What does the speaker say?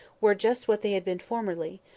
were just what they had been formerly,